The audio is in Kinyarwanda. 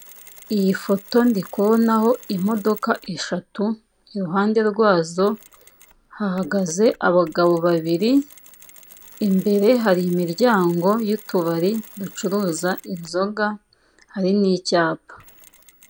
Iyi foto ndi kubonaho imodoka eshatu, iruhande rwazo hahagaze abagabo babiri, imbere hari imiryango y'utubari ducuruza inzoga hari n'icyapa.